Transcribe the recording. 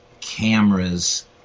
cameras